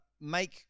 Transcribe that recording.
make